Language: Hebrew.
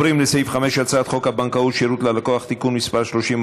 אנחנו עוברים לסעיף 5: הצעת חוק הבנקאות (שירות ללקוח) (תיקון מס' 30),